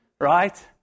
Right